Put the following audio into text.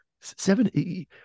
seven